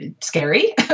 scary